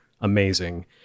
amazing